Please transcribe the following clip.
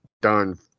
done